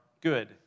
good